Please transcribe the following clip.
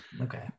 okay